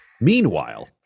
Meanwhile